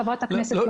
לא כל כך הבנתי,